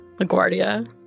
LaGuardia